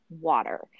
water